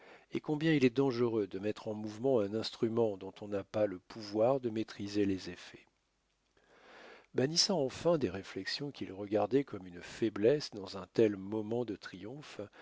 et combien il est dangereux de mettre en mouvement un instrument dont on n'a pas le pouvoir de maîtriser les effets bannissant enfin des réflexions qu'il regardait comme une faiblesse dans un tel moment de triomphe